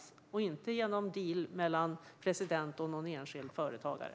Det ska inte ske genom någon deal mellan en president och någon enskild företagare.